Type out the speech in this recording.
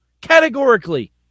categorically